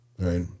Right